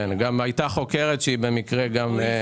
גם הייתה חוקרת שהיא במקרה -- היא